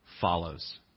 follows